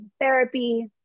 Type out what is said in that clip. therapy